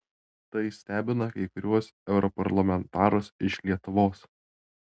tai stebina kai kuriuos europarlamentarus iš lietuvos